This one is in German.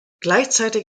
gleichzeitig